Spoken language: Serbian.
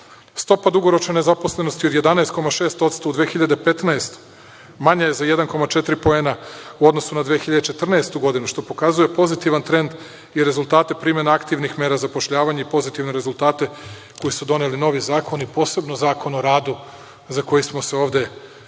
dugoročne nezaposlenosti od 11,6% u 2015. manja je za 1,4 poena u odnosu na 2014. godinu, što pokazuje pozitivan trend i rezultate primena aktivnih mera zapošljavanja i pozitivne rezultate koji su doneli novi zakoni, posebno Zakon o radu za koji smo se ovde tako